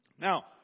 Now